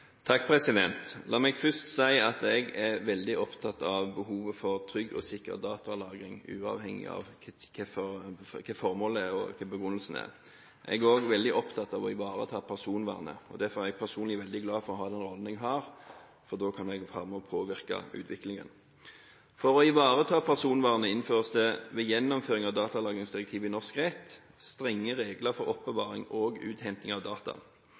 La meg først si at jeg er veldig opptatt av behovet for trygg og sikker datalagring, uavhengig av hvilke formål det er, og hva begrunnelsen er. Jeg er også veldig opptatt av å ivareta personvernet. Derfor er jeg personlig veldig glad for å ha den ordningen vi har, for da kan vi være med å påvirke utviklingen. For å ivareta personvernet innføres det ved gjennomføringen av datalagringsdirektivet i norsk rett strenge regler for oppbevaring og uthenting av data.